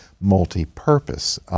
multi-purpose